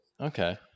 Okay